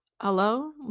hello